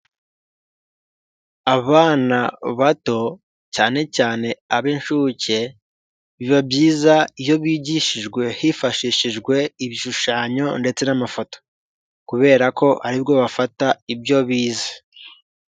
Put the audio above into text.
Abana bato cyane cyane ab'inshuke biba byiza iyo bigishijwe hifashishijwe ibishushanyo ndetse n'amafoto kubera ko ari bwo bafata ibyo bize.